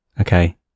Okay